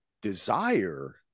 desire